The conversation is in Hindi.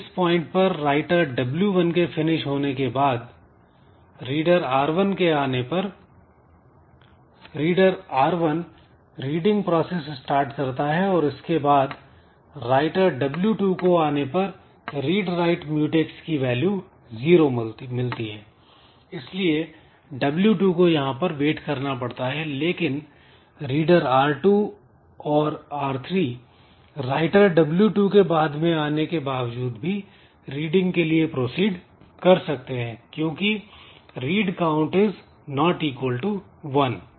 तो इस पॉइंट पर राइटर w1 के फिनिश होने के बाद रीडर R1 के आने पर reader R1 reading process start करता है और इसके बाद राइटर w2 को आने पर "रीड राइट म्यूटैक्स" की वैल्यू जीरो मिलती है इसलिए w2 को यहां पर वेट करना पड़ता है लेकिन रीडर r2 और r3 राइटर w2 के बाद में आने के बावजूद भी रीडिंग के लिए प्रोसीड कर सकते हैं क्योंकि "read count" is not equal to one